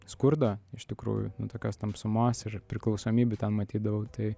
skurdo iš tikrųjų tokios tamsumos ir priklausomybių ten matydavau tai